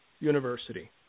University